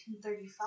1935